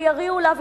שיריעו לה,